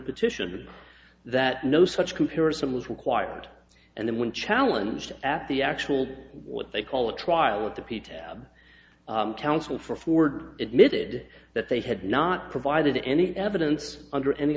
petition with that no such comparison was required and then when challenged at the actual what they call a trial with the p tab counsel for ford admitted that they had not provided any evidence under any